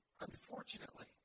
Unfortunately